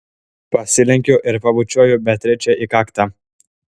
pasilenkiu ir pabučiuoju beatričę į kaktą